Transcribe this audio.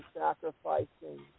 sacrificing